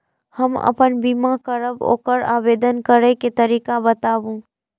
हम आपन बीमा करब ओकर आवेदन करै के तरीका बताबु?